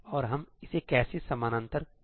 और हम इसे कैसे समानांतर कर सकते हैं